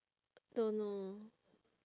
don't know